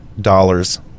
dollars